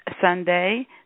Sunday